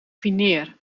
fineer